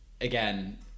again